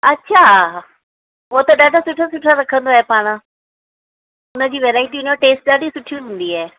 अछा उहो त ॾाढा सुठा सुठा रखंदो आहे पाण हुन जी वैरायटियुनि जो टेस्टन ॾाढी सुठियूं हूंदी आहे